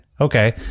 okay